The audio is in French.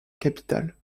capitale